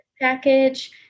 package